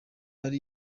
hari